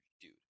dude